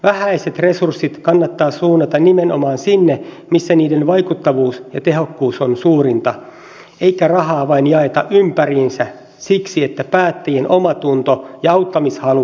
vähäiset resurssit kannattaa suunnata nimenomaan sinne missä niiden vaikuttavuus ja tehokkuus on suurinta eikä rahaa vain jaeta ympäriinsä siksi että päättäjien omatunto ja auttamishalu olisi tyydytetty